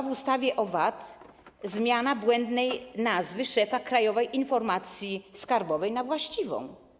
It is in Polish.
W ustawie o VAT nastąpiła zmiana błędnej nazwy szefa Krajowej Informacji Skarbowej na właściwą.